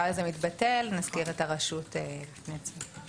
"הרשות הלאומית לביטחון קהילתי".